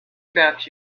about